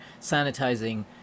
sanitizing